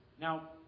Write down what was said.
Now